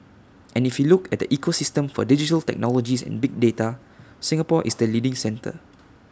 and if you look at the ecosystem for digital technologies and big data Singapore is the leading centre